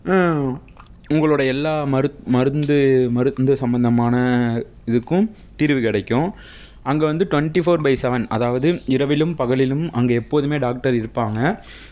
உங்களோட எல்லா மருந்து மருந்து சம்பந்தமான இதுக்கும் தீர்வு கிடைக்கும் அங்கே வந்து டுவென்ட்டி ஃபோர் பை செவன் அதாவது இரவிலும் பகலிலும் அங்கே எப்போதும் டாக்டர் இருப்பாங்க